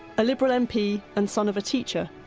a liberal mp and son of a teacher,